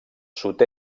sud